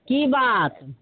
की बात